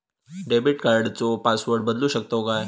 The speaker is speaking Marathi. डेबिट कार्डचो पासवर्ड बदलु शकतव काय?